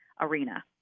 arena